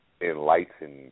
enlightened